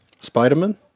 Spider-Man